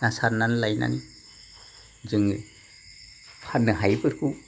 ना सारनानै लायनानै जोङो फाननो हायैफोरखौ